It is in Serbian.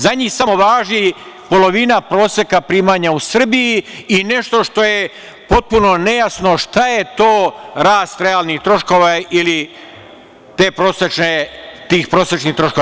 Za njih samo važi polovina proseka primanja u Srbiji i nešto što je potpuno nejasno šta je to rast realnih troškova ili tih prosečnih troškova.